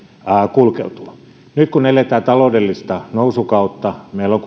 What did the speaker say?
kulkeutuvat nyt eletään taloudellista nousukautta kuitenkin meillä on